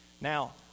now